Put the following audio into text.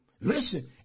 Listen